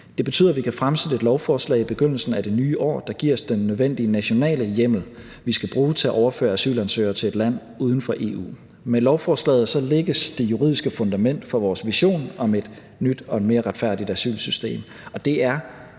Det betyder, at vi kan fremsætte et lovforslag i begyndelsen af det nye år, der giver os den nødvendige nationale hjemmel, vi skal bruge til at overføre asylansøgere til et land uden for EU. Med lovforslaget lægges det juridiske fundament for vores vision om et nyt og et mere retfærdigt asylsystem,